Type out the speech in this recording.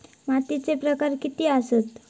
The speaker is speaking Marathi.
मातीचे प्रकार किती आसत?